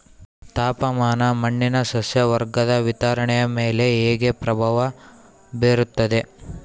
ತಾಪಮಾನ ಮಣ್ಣಿನ ಸಸ್ಯವರ್ಗದ ವಿತರಣೆಯ ಮೇಲೆ ಹೇಗೆ ಪ್ರಭಾವ ಬೇರುತ್ತದೆ?